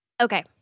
Okay